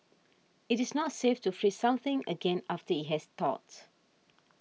it is not safe to freeze something again after it has thawed